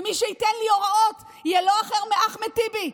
ומי שייתן לי הוראות יהיה לא אחר מאשר אחמד טיבי,